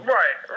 right